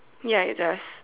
ya it's a